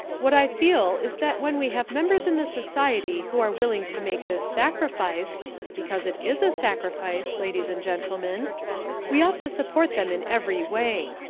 what i feel is that when we have members in the society who are willing to make this sacrifice because it is a sacrifice, ladies and gentlemen we ought to support them in every way.